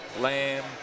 Lamb